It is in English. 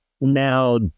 now